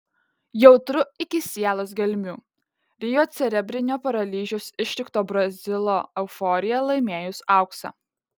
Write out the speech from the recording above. jautru iki sielos gelmių rio cerebrinio paralyžiaus ištikto brazilo euforija laimėjus auksą